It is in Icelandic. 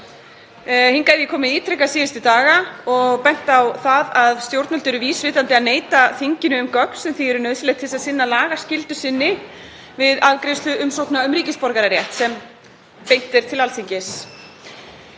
Hingað hef ég komið ítrekað síðustu daga og bent á að stjórnvöld eru vísvitandi að neita þinginu um gögn sem því eru nauðsynleg til að sinna lagaskyldu sinni við afgreiðslu umsókna um ríkisborgararétt sem beint er til Alþingis.